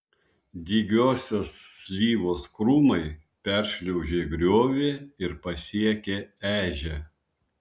dygiosios slyvos krūmai peršliaužė griovį ir pasiekė ežią